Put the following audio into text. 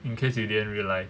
in case you didn't realize